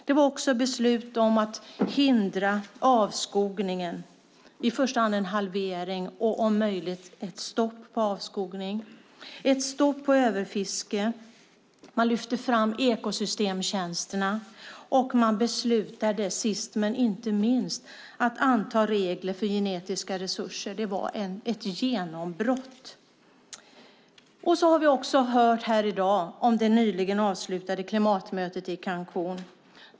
Det togs också beslut om att hindra avskogningen. I första hand gäller det en halvering och om möjligt ett stopp för avskogningen. Man beslutade också om ett stopp för överfiske, och ekosystemtjänsterna lyftes fram. Man beslutade sist men inte minst att anta regler för genetiska resurser. Det var ett genombrott. Vi har i dag också hört om det nyligen avslutade klimatmötet i Cancún.